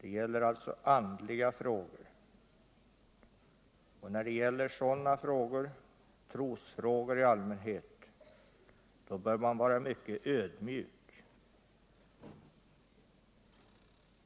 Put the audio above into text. Det gäller alltså andliga frågor, och när det gäller sådana frågor och trosfrågor i allmänhet bör man vara mycket ödmjuk.